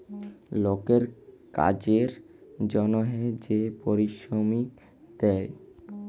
লকের কাজের জনহে যে পারিশ্রমিক দেয়